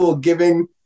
giving